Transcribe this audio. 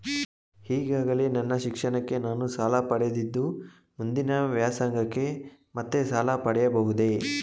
ಈಗಾಗಲೇ ನನ್ನ ಶಿಕ್ಷಣಕ್ಕೆ ನಾನು ಸಾಲ ಪಡೆದಿದ್ದು ಮುಂದಿನ ವ್ಯಾಸಂಗಕ್ಕೆ ಮತ್ತೆ ಸಾಲ ಪಡೆಯಬಹುದೇ?